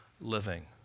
living